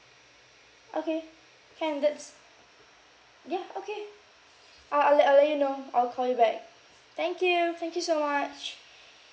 okay can that's yeah okay uh I'll I'll let you know I'll call you back thank you thank you so much